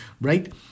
right